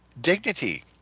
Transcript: dignity